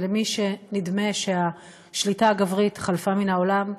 למי שנדמה שהשליטה הגברית חלפה מן העולם,